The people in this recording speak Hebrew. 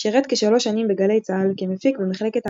שירת כ־3 שנים בגלי צה"ל, כמפיק במחלקת האקטואליה,